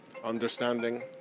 Understanding